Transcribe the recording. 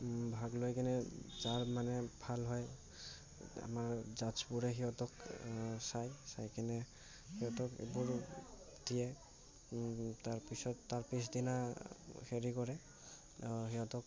ভাগ লৈ কেনে যাৰ মানে ভাল হয় আমাৰ জাজবোৰে সিহঁতক চায় চাই কেনে সিহঁতক এইবোৰ দিয়ে তাৰ পিছত তাৰ পিছদিনা হেৰি কৰে সিহঁতক